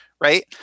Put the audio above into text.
Right